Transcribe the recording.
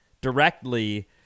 directly